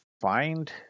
find